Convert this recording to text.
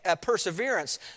perseverance